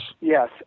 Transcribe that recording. Yes